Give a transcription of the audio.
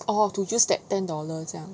orh you have to use that ten dollar 这样